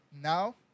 now